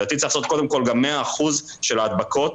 לדעתי צריך לעשות קודם כול גם מאה אחוז של ההדבקות,